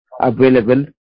available